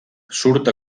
surt